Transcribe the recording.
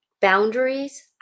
boundaries